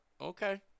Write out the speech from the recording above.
Okay